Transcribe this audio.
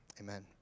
amen